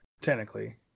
Technically